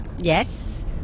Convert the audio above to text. Yes